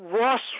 Ross